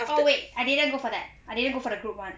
oh wait I didn't go for that I didn't go for the group [one]